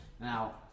now